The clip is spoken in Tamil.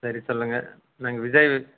சரி சொல்லுங்க நாங்கள் விஜய்